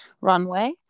runway